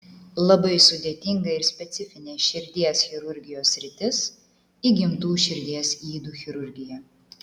labai sudėtinga ir specifinė širdies chirurgijos sritis įgimtų širdies ydų chirurgija